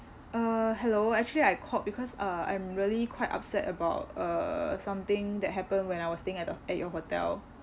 uh hello actually I called because uh I'm really quite upset about uh something that happened when I was staying at the at your hotel